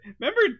remember